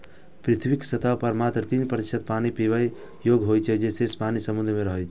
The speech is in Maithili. पृथ्वीक सतह पर मात्र तीन प्रतिशत पानि पीबै योग्य होइ छै, शेष पानि समुद्र मे रहै छै